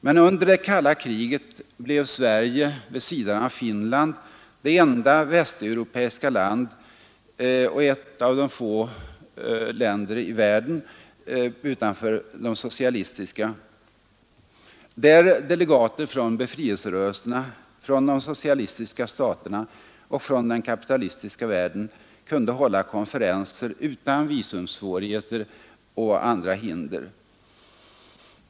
Men under det kalla kriget blev Sverige vid sidan av Finland det enda västeuropeiska land — och ett av de få länderna i världen utanför de socialistiska — där delegater från befrielserörelserna, från de socialistiska staterna och från den kapitalistiska världen kunde hålla konferenser utan visumsvårigheter och andra hinder.